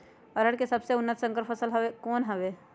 अरहर के सबसे उन्नत संकर फसल कौन हव?